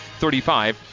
35